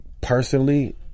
personally